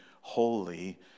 holy